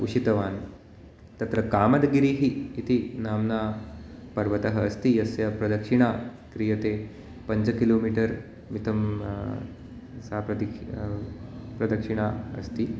उषितवान् तत्र कामद्गिरिः इति नाम्ना पर्वतः अस्ति यस्य प्रदक्षिणं क्रियते पञ्चकिलोमिटर्मितं सा प्रदि प्रदक्षिणा अस्ति